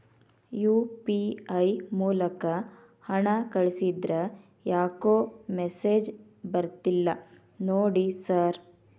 UPI ಮೂಲಕ ಹಣ ಕಳಿಸಿದ್ರ ಯಾಕೋ ಮೆಸೇಜ್ ಬರ್ತಿಲ್ಲ ನೋಡಿ ಸರ್?